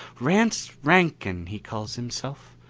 rance rankin, he calls himself.